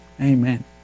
Amen